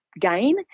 gain